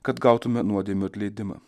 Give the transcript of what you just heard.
kad gautume nuodėmių atleidimą